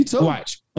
Watch